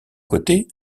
côté